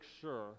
sure